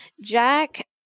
jack